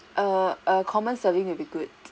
err a common serving would be good